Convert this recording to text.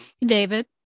David